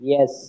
Yes